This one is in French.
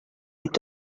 est